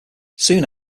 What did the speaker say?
soon